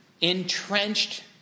entrenched